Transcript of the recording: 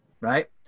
right